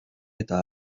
eta